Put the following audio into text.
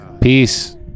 Peace